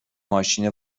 ماشین